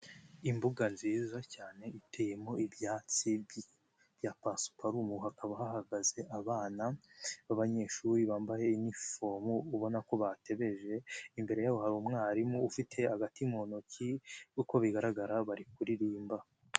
Imbuga nziza cyane iteyemo ibyatsi bya pasiparumu, hakaba hahagaze abana b'abanyeshuri bambaye inifomu ubona ko batetegereje, imbere yabo hari umwarimu ufite agati mu ntoki, uko bigaragara bari kuririmba.